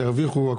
שירוויחו,